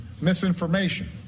misinformation